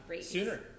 sooner